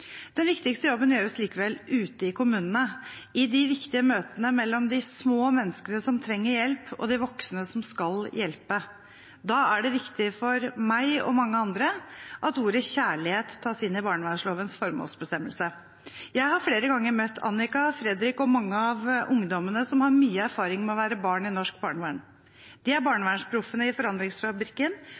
Den viktigste jobben gjøres likevel ute i kommunene – i de viktige møtene mellom de små menneskene som trenger hjelp, og de voksne som skal hjelpe. Da er det viktig for meg og mange andre at ordet «kjærlighet» tas inn i barnevernslovens formålsbestemmelse. Jeg har flere ganger møtt Annika, Fredrik og mange av ungdommene som har mye erfaring med å være barn i norsk barnevern. Det er Barnevernsproffene i Forandringsfabrikken,